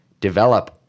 develop